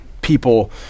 people